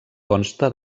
consta